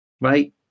Right